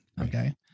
Okay